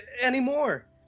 anymore